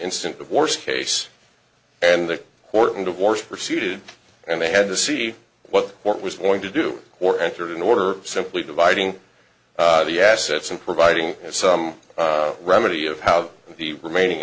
instant divorce case and the horten divorce pursued and they had to see what what was going to do or entered in order simply dividing the assets and providing some remedy of how the remaining